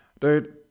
dude